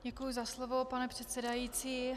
Děkuji za slovo, pane předsedající.